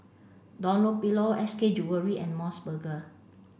Dunlopillo S K Jewellery and MOS Burger